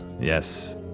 yes